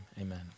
amen